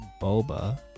boba